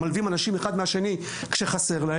אין משהו יותר טוב.